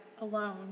alone